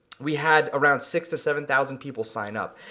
we had around six to seven thousand people signed up.